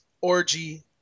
orgy